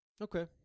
Okay